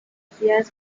ciudad